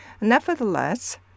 Nevertheless